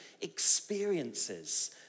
experiences